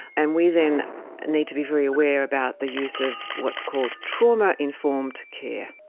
and we then need to be very aware about the use of what's called trauma informed care.